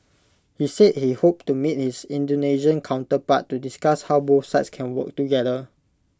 he said he hoped to meet his Indonesian counterpart to discuss how both sides can work together